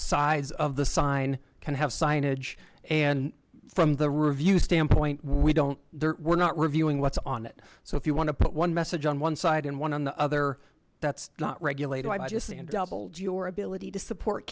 sides of the sign can have signage and from the reviews standpoint we don't we're not reviewing what's on it so if you want to put one message on one side and one on the other that's not regulated by just doubled your ability to support